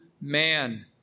man